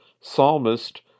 psalmist